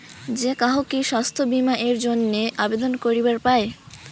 যে কাহো কি স্বাস্থ্য বীমা এর জইন্যে আবেদন করিবার পায়?